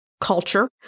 culture